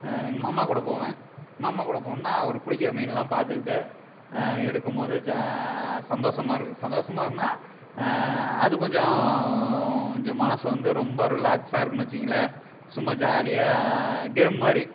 எங்கள் மாமா கூட போவேன் மாமா கூட போனேன்னால் அவர் பிடிக்கிற மீனெல்லாம் பார்த்துக்கிட்டு எடுக்கும் போது ஜா சந்தோஷமா இருக்கும் சந்தோஷமா இருந்தால் அது கொஞ்சம் கொஞ்சம் மனது வந்து ரொம்ப ரிலாக்ஸாக இருக்கும்னு வெச்சுங்களேன் சும்மா ஜாலியாக கேம் மாதிரி